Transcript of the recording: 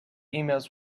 emails